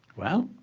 well,